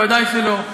ודאי שלא,